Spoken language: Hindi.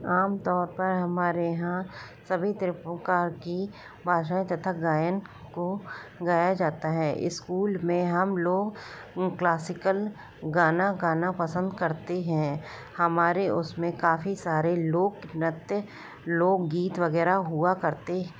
आम तौर पर हमारे यहाँ सभी तरीकों प्रकारकी भाषाएँ तथा गायन को गाया जाता है स्कूल में हम लोग क्लासिकल गाना गाना पसंद करते हैं हमारे उसमें काफी सारे लोक नृत्य लोक गीत वगैरह हुआ करते थे